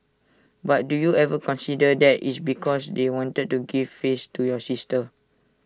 but do you ever consider that IT is because they wanted to give face to your sister